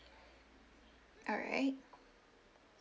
alright